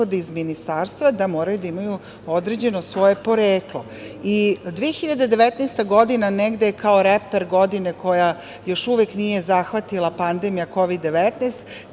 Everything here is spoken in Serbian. iz ministarstva da moraju da imaju određeno svoje poreklo. Godina 2019. negde je kao reper godine koja još uvek nije zahvatila pandemija kovid – 19,